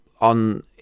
on